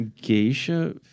Geisha